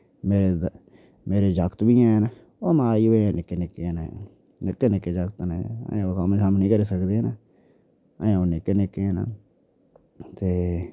मेरे जागत बी हैन ओह् महां अजें निक्के निक्के न निक्के निक्के जागत न अजें अजें ओह् कम्म शम्म निं करी सकदे न अजें ओह् निक्के निक्के न ते